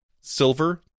silver